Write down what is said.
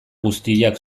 guztiak